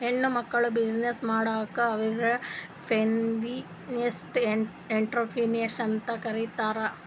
ಹೆಣ್ಮಕ್ಕುಳ್ ಬಿಸಿನ್ನೆಸ್ ಮಾಡುರ್ ಅವ್ರಿಗ ಫೆಮಿನಿಸ್ಟ್ ಎಂಟ್ರರ್ಪ್ರಿನರ್ಶಿಪ್ ಅಂತ್ ಕರೀತಾರ್